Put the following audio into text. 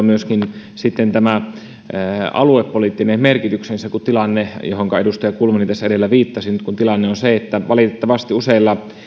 myöskin sitten aluepoliittinen merkityksensä kun tilanne johonka edustaja kulmuni edellä viittasi nyt on se että valitettavasti useilla